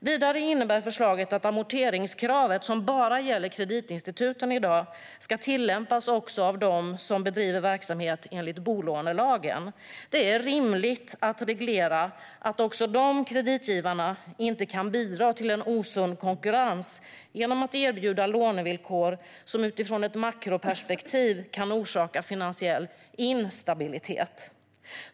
Vidare innebär förslaget att amorteringskravet, som i dag bara gäller kreditinstituten, ska tillämpas också av dem som bedriver verksamhet enligt bolånelagen. Det är rimligt att reglera så att dessa kreditgivare inte kan bidra till osund konkurrens genom att erbjuda lånevillkor som utifrån ett makroperspektiv kan orsaka finansiell instabilitet.